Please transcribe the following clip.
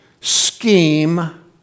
scheme